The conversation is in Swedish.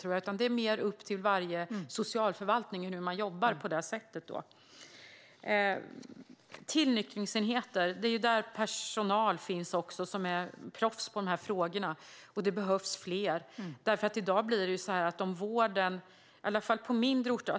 I stället är det mer upp till varje socialförvaltning hur man jobbar på det sättet. När det gäller tillnyktringsenheter är det där personal som är proffs på de här frågorna finns, och det behövs fler - i alla fall på mindre orter.